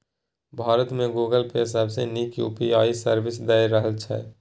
भारत मे Google Pay सबसँ नीक यु.पी.आइ सर्विस दए रहल छै